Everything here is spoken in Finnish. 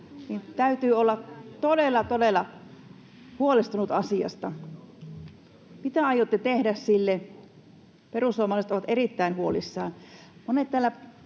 todella, todella huolestunut asiasta. Mitä aiotte tehdä sille? Perussuomalaiset ovat erittäin huolissaan.